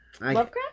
Lovecraft